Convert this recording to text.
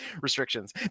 restrictions